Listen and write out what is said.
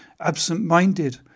absent-minded